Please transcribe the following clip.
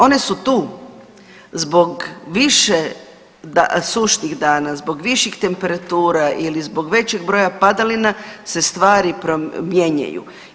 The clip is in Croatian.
One su tu zbog više sušnih dana, zbog viših temperatura ili zbog većeg broja padalina se stvari mijenjaju.